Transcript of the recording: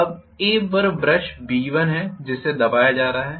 अब A पर brush B1 है जिसे दबाया जा रहा है